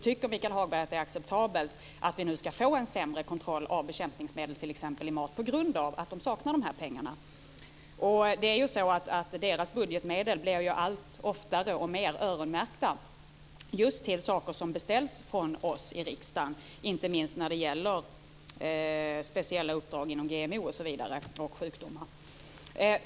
Tycker Michael Hagberg att det är acceptabelt att vi ska få en sämre kontroll av t.ex. bekämpningsmedel i mat på grund av att Livsmedelsverket saknar pengar? Dess budgetmedel blir allt oftare öronmärkta till saker som beställs från oss i riksdagen. Det gäller inte minst speciella uppdrag när det gäller GMO och sjukdomar.